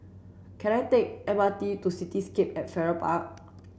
can I take the M R T to Cityscape at Farrer Park